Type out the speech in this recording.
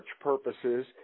purposes